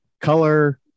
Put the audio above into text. color